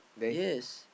yes